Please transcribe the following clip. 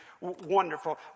wonderful